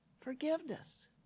Forgiveness